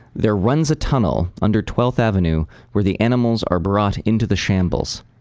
there runs a tunnel under twelfth avenue where the animals are brought into the shambles.